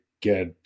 get